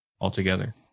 altogether